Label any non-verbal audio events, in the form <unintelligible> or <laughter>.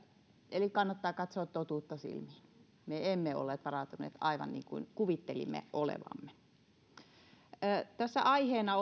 eli kannattaa katsoa totuutta silmiin me emme olleet varautuneet aivan niin kuin kuvittelimme olevamme tässä aiheena <unintelligible>